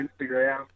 instagram